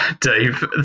Dave